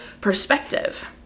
perspective